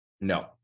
No